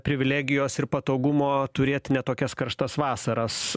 privilegijos ir patogumo turėt ne tokias karštas vasaras